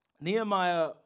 Nehemiah